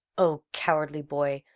o cowardly boy!